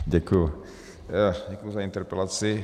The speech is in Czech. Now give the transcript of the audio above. Děkuji za interpelaci.